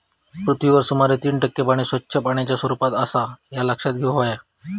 पृथ्वीवरील सुमारे तीन टक्के पाणी स्वच्छ पाण्याच्या स्वरूपात आसा ह्या लक्षात घेऊन हव्या